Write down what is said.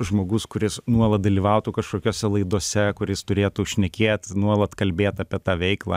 žmogus kuris nuolat dalyvautų kažkokiose laidose kur jis turėtų šnekėt nuolat kalbėt apie tą veiklą